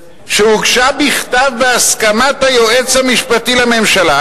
שהוגשה בכתב בהסכמת היועץ המשפטי לממשלה,